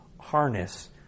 harness